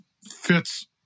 fits